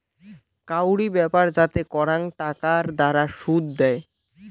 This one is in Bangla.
কাউরি ব্যাপার যাতে করাং টাকার দ্বারা শুধ দেয়